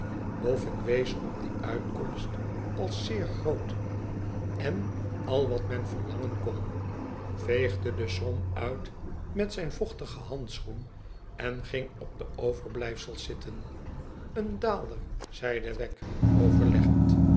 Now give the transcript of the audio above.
boffin wees op die uitkomst als zeer groot en al wat men verlangen kon veegde de som uit met zijn vochtigen handschoen en gmg op de overblijfsels zitten een daalder zeide wegg overleggend